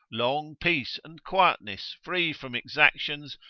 long peace and quietness free from exactions,